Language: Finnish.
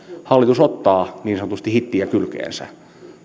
hallitus ottaa niin sanotusti hittiä kylkeensä